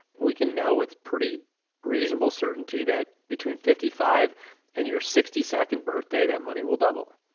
we can know with pretty reasonable certainty that between fifty five and your sixty second birthday, that money will double.